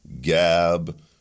Gab